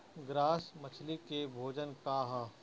Grass मछली के भोजन का ह?